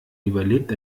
überlebt